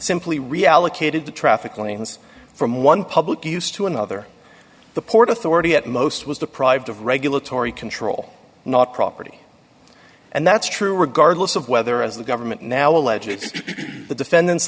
simply reallocated the traffic lanes from one public use to another the port authority at most was deprived of regulatory control not property and that's true regardless of whether as the government now alleges the defendant